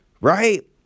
Right